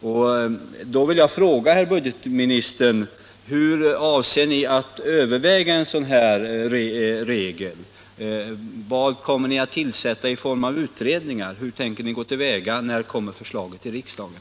Jag vill fråga herr budgetministern: Hur avser ni att tillämpa en sådan regel? Kommer ni att tillsätta någon utredning, och hur tänker ni därvid gå till väga? När kommer förslaget till riksdagen?